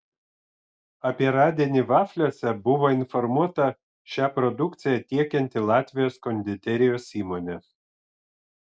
apie radinį vafliuose buvo informuota šią produkciją tiekianti latvijos konditerijos įmonė